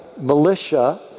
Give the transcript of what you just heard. militia